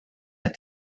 had